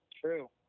True